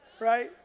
right